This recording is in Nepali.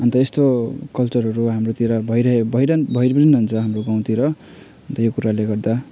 अन्त यस्तो कल्चरहरू हाम्रोतिर भइरहे भइरहन भई हुन्छ हाम्रो गाउँतिर अन्त यो कुराले गर्दा